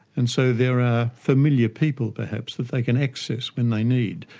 and so there are familiar people, perhaps, that they can access when they need.